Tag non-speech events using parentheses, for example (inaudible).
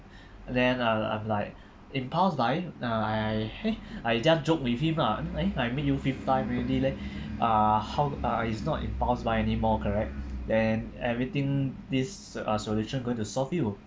(breath) then I was uh like impulse buy uh I I (laughs) I just joke with him lah eh I met you fifth time already leh (breath) uh how uh it's not impulse buy any more correct than everything this solution uh going to solve you